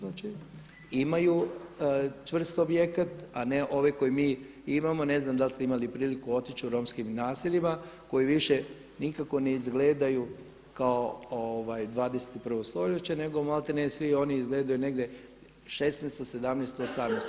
Znači imaju čvrst objekat, a ne ove koje mi imamo, ne znam da li ste imali priliku otići u romskim naseljima koji više nikako ne izgledaju kao 21. stoljeće, nego maltene svi oni izgledaju negdje 16, 17, 18.